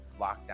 lockdown